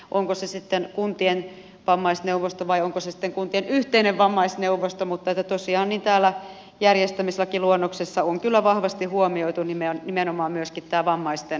onko se sitten kuntien vammaisneuvosto vai onko se sitten kuntien yhteinen vammaisneuvosto mutta tosiaan täällä järjestämislakiluonnoksessa on kyllä vahvasti huomioitu nimenomaan myöskin tämä vammaisten tilanne